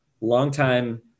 longtime